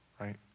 right